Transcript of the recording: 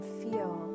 feel